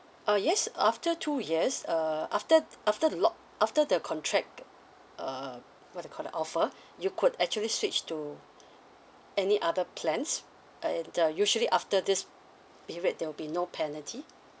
uh yes uh after two years uh after t~ after the lock after the contract uh what do you call that offer you could actually switch to any other plans and uh usually after this period there will be no penalty